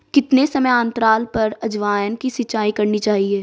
कितने समयांतराल पर अजवायन की सिंचाई करनी चाहिए?